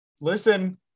listen